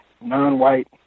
non-white